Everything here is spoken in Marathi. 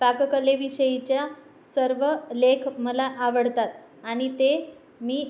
पाककलेविषयीच्या सर्व लेख मला आवडतात आणि ते मी